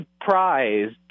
surprised